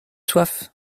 soif